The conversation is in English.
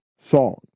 song